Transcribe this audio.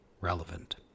relevant